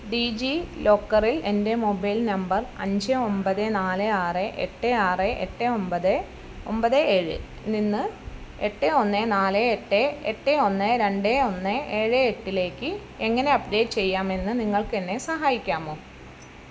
ഡീജിലോക്കറിൽ എൻ്റെ mobile number അഞ്ച് ഒമ്പത് നാല് ആറ് എട്ട് ആറ് എട്ട് ഒമ്പത് ഒമ്പത് ഏഴ് നിന്നു എട്ട് ഒന്ന് നാല് എട്ട് എട്ട് ഒന്ന് രണ്ട് ഒന്ന് ഏഴ് എട്ടിലേക്ക് എങ്ങനെ അപ്ഡേറ്റ് ചെയ്യാമെന്ന് നിങ്ങൾക്ക് എന്നെ സഹായിക്കാമോ